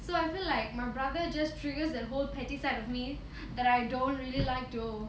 so I feel like my brother just triggers that whole petty side of me that I don't really like to